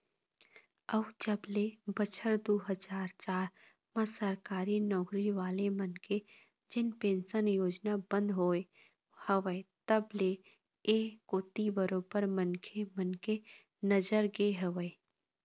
अउ जब ले बछर दू हजार चार म सरकारी नौकरी वाले मन के जेन पेंशन योजना बंद होय हवय तब ले ऐ कोती बरोबर मनखे मन के नजर गे हवय